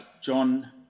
John